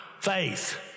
Faith